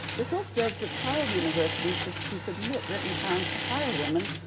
the shultz regs required universities to submit written plans to hire women,